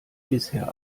bisher